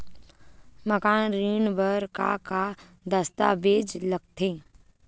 मकान ऋण बर का का दस्तावेज लगथे?